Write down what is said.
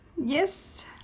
Yes